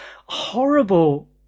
horrible